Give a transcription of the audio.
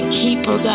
keeper